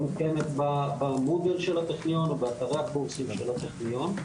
לא מתקיימת בעמוד או באתרי הקורסים של הטכניון.